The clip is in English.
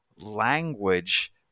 language